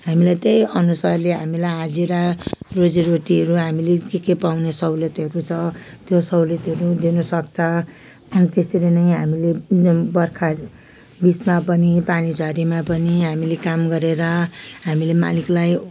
हामीलाई त्यहीअनुसारले हामीलाई हाजिरा रोजीरोटीहरू हामीले के के पाउने सहुलियतहरू छ त्यो सहुलियतहरू दिनुसक्छ अनि त्यसरी नै हामीले बर्खा बिचमा पनि पानीझरीमा पनि हामीले काम गरेर हामीले मालिकलाई